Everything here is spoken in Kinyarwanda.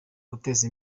guteza